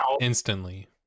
instantly